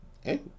hey